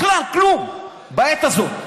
בכלל, כלום, בעת הזאת.